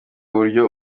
buryo